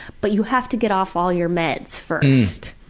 but you have to get off all your meds first.